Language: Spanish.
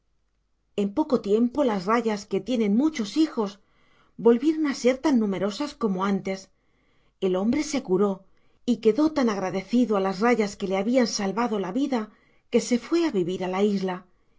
en poco tiempo las rayas que tienen muchos hijos volvieron a ser tan numerosas como antes el hombre se curó y quedó tan agradecido a las rayas que le habían salvado la vida que se fue a vivir a la isla